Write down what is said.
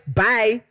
bye